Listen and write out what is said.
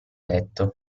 letto